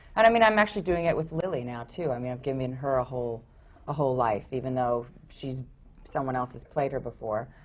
and i mean, i'm actually doing it with lily now, too. i mean, i've given her a whole whole life, even though someone else has played her before,